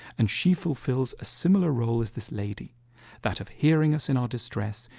and she fulfills a similar role as this lady that of hearing us in our distress,